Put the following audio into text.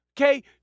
Okay